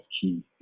key